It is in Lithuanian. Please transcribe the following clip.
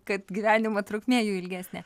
kad gyvenimo trukmė jų ilgesnė